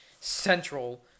central